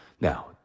now